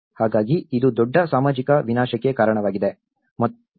ಹಾಗಾಗಿ ಇದು ದೊಡ್ಡ ಸಾಮಾಜಿಕ ವಿನಾಶಕ್ಕೆ ಕಾರಣವಾಗಿದೆ